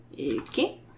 Okay